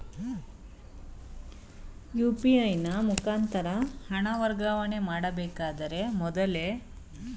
UPI ನ ಮುಖಾಂತರ ಹಣ ವರ್ಗಾವಣೆ ಮಾಡಬೇಕಾದರೆ ಮೊದಲೇ ಎಲ್ಲಿಯಾದರೂ ರಿಜಿಸ್ಟರ್ ಮಾಡಿಕೊಳ್ಳಬೇಕಾ?